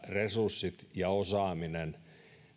resurssit ja osaaminen